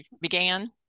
began